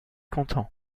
content